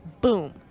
Boom